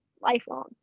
lifelong